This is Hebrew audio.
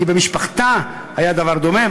כי במשפחתה היה דבר דומה,